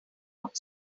could